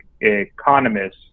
economists